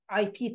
IP